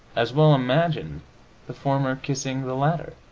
as well imagined the former kissing the latter!